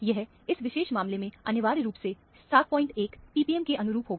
यह इस विशेष मामले में अनिवार्य रूप से 71 ppm के अनुरूप होगा